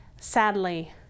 Sadly